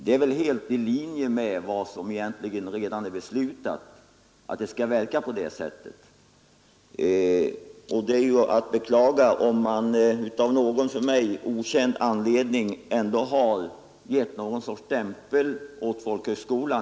Det är väl helt i linje med vad som egentligen redan är beslutat, att det skall verka på detta sätt. Det är ju att beklaga om man, av någon för mig okänd anledning, ändå har satt någon sorts stämpel på folkhögskolan.